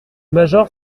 major